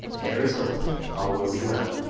there is hope all will be well